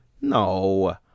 No